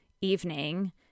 evening